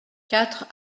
quatre